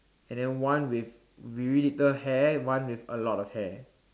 and then one with really little hair one with a lot of hair